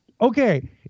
okay